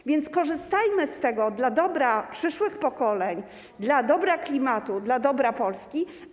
A więc korzystajmy z tego dla dobra przyszłych pokoleń, dla dobra klimatu, dla dobra Polski.